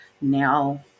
Now